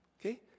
okay